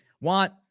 want